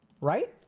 Right